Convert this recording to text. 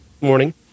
morning